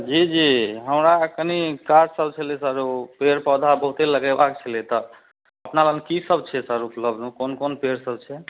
जी जी हमरा कनी काज सब छलै सर ओ पेड़ पौधा बहुते लगेबाक छलै तऽ अपना लग की सब छै सर उपलब्धमे कोन कोन पेड़ सब छै